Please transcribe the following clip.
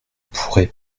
pourrez